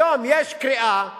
היום יש קריאה